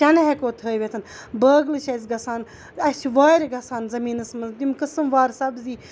چَنہٕ ہیٚکو تھٲوِتھ بٲگلہٕ چھِ اَسہِ گژھان اَسہِ چھُ وارِ گژھان زٔمیٖنَس منٛز یِم قٕسٕم وار سبزی